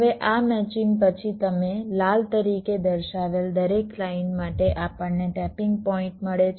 હવે આ મેચિંગ પછી તમે લાલ તરીકે દર્શાવેલ દરેક લાઇન માટે આપણને ટેપીંગ પોઈન્ટ મળે છે